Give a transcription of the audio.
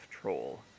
troll